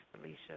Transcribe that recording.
Felicia